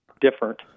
different